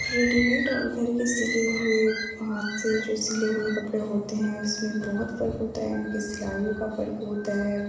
ready made اور گھر کے سلے ہوئے ہاتھ سے جو سلے ہوئے کپڑے ہوتے ہیں اس میں بہت فرق ہوتا ہے ان کی سلائیوں کا فرق ہوتا ہے